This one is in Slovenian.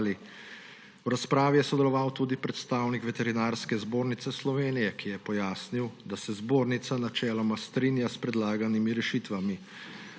V razpravi je sodeloval tudi predstavnik Veterinarske zbornice Slovenije, ki je pojasnil, da se zbornica načeloma strinja s predlaganimi rešitvami,